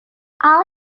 all